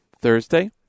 Thursday